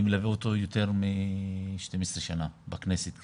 אני מלווה אותו יותר מ-12 שנה בכנסת.